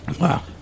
Wow